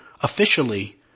Officially